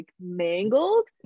mangled